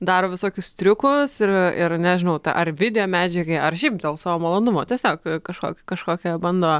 daro visokius triukus ir ir nežinau tą ar video medžiagai ar šiaip dėl savo malonumo tiesiog kažkokią kažkokią bando